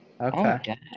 Okay